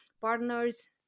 partners